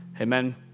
Amen